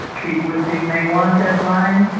keep with the may one deadline.